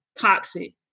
toxic